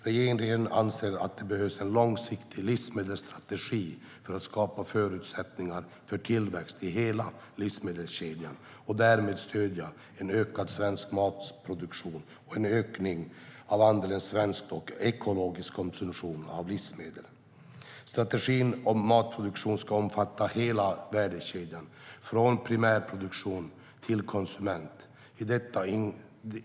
Regeringen anser att det behövs en långsiktig livsmedelsstrategi för att skapa förutsättningar för tillväxt i hela livsmedelskedjan och därmed stödja en ökad svensk matproduktion och en ökning av andelen svenskt och ekologiskt i konsumtionen av livsmedel. Strategin om matproduktionen ska omfatta hela värdekedjan, från primärproduktion till konsument.